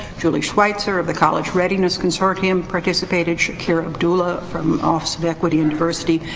julie schweitzer of the college readiness consortium participated, shakir abdullah from the office of equity and diversity,